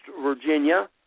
Virginia